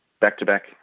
back-to-back